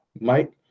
Mike